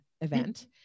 event